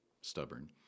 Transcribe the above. stubborn